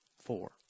Four